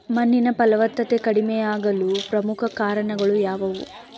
ಮಣ್ಣಿನ ಫಲವತ್ತತೆ ಕಡಿಮೆಯಾಗಲು ಪ್ರಮುಖ ಕಾರಣಗಳು ಯಾವುವು?